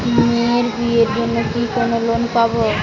মেয়ের বিয়ের জন্য কি কোন লোন পাব?